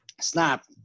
snap